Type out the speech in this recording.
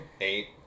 Eight